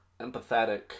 empathetic